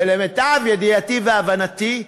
ולמיטב ידיעתי והבנתי,